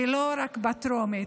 ולא רק בטרומית,